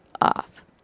off